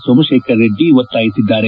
ಸೋಮಶೇಖರರೆಡ್ಡಿ ಒತ್ತಾಯಿಸಿದ್ದಾರೆ